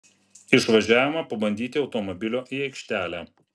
išvažiavome pabandyti automobilio į aikštelę